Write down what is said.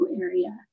area